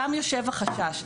שם יושב החשש.